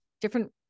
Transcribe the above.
different